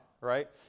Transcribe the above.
right